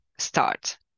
start